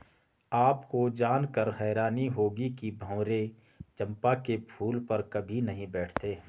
आपको जानकर हैरानी होगी कि भंवरे चंपा के फूल पर कभी नहीं बैठते